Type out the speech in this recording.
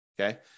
Okay